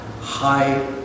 high